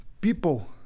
people